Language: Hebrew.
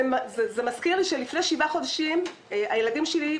זה מזכיר לי שלפני שבעה חודשים הילדים שלי,